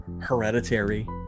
Hereditary